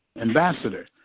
ambassador